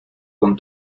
con